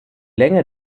länge